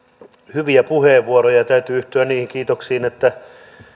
hyviä puheenvuoroja ja täytyy yhtyä niihin kiitoksiin että